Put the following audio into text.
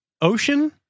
ocean